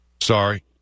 Sorry